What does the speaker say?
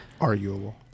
arguable